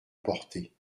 portée